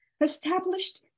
established